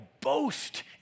boast